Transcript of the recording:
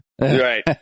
Right